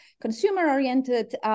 consumer-oriented